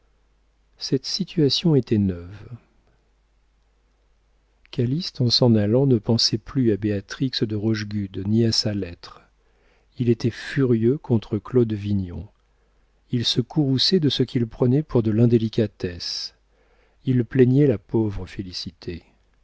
cette situation était neuve calyste en s'en allant ne pensait plus à béatrix de rochegude ni à sa lettre il était furieux contre claude vignon il se courrouçait de ce qu'il prenait pour de l'indélicatesse il plaignait la pauvre félicité